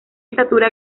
estatura